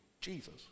jesus